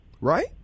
right